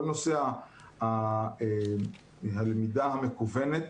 כל נושא הלמידה המקוונת